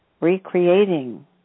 recreating